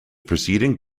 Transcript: preceding